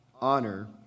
honor